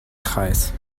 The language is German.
kreis